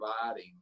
providing